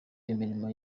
imirimo